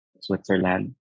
Switzerland